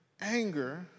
anger